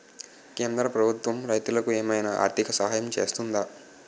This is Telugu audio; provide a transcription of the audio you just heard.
కేంద్ర ప్రభుత్వం రైతులకు ఏమైనా ఆర్థిక సాయం చేస్తుందా?